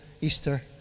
Easter